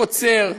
קוצר,